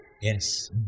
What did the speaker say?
Yes